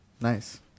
Nice